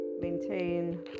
maintain